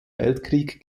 weltkrieg